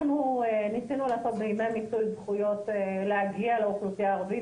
ניסינו לעשות ימי מיצוי זכויות ולהגיע לאוכלוסייה הערבית,